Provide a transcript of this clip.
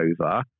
over